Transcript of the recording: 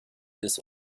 des